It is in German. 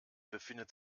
befindet